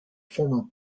former